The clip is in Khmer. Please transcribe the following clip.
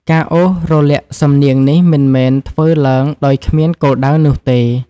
ការអូសរលាក់សំនៀងនេះមិនមែនធ្វើឡើងដោយគ្មានគោលដៅនោះទេ។